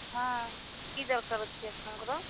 ହଁ କି ଦରକାର ଅଛି ଆପଣଙ୍କର